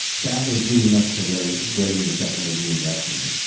that was leading up to writing writing the check and making the investment.